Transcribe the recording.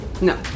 No